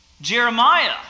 Jeremiah